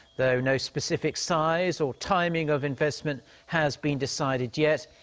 though no specific size or timing of investment has been decided yet.